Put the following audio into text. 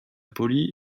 pauli